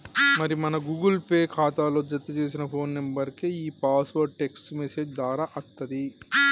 మరి మన Google Pay ఖాతాలో జతచేసిన ఫోన్ నెంబర్కే ఈ పాస్వర్డ్ టెక్స్ట్ మెసేజ్ దారా అత్తది